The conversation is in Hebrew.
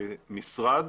משרד,